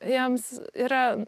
jiems yra